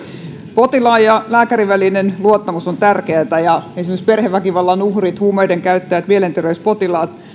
potilaan ja lääkärin välinen luottamus on tärkeätä ja esimerkiksi perheväkivallan uhreilla huumeidenkäyttäjillä mielenterveyspotilailla